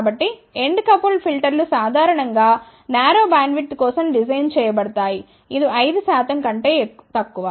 కాబట్టి end coupled ఫిల్టర్లు సాధారణం గా నారో బ్యాండ్విడ్త్ కోసం డిజైన్ చేయబడతాయి ఇది 5 శాతం కంటే తక్కువ